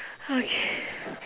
okay